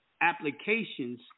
applications